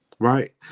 Right